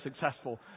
successful